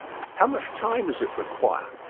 how much time does it require?